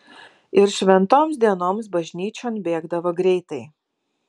ir šventoms dienoms bažnyčion bėgdavo greitai